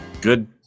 Good